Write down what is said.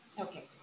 okay